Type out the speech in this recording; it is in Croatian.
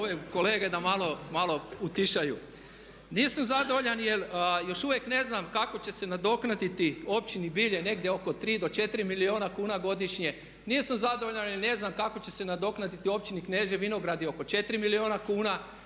ove kolege da malo utišaju. Nisam zadovoljan jer još uvijek ne znam kako će se nadoknaditi Općini Bilje negdje oko 3 do 4 milijuna kuna godišnje. Nisam zadovoljan jer ne znam kako će se nadoknaditi Općini Kneževi Vinogradi oko 4 milijuna kuna.